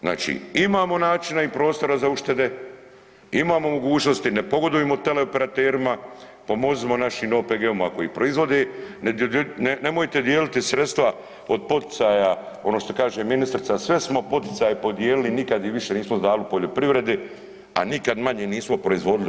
Znači, imamo načina i prostora za uštede, imamo mogućnosti ne pogodujmo teleoperaterima, pomozimo našim OPG-ovima ako i proizvode, ne dodirujmo, nemojte dijeliti sredstva od poticaja ono što kaže ministrica sve smo poticaje podijelili, nikad ih više nismo dali u poljoprivredi, a nikad manje nismo proizvodili.